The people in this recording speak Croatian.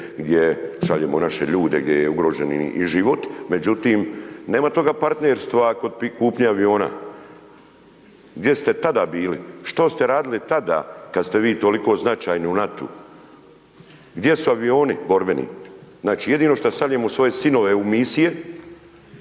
gdje šaljemo naše ljude gdje je ugroženi i život međutim, nema toga partnerstva kod kupnje aviona. Gdje ste tada bili? Što ste radili tada kad ste vi toliko značajni u NATO-u? Gdje su avioni borbeni? Znači jedino šta stavljamo svoje sinove u misije